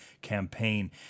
Campaign